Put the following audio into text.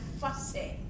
fussy